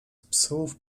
psów